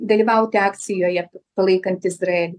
dalyvauti akcijoje palaikant izraelį